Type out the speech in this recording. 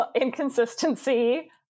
inconsistency